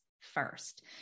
first